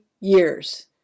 years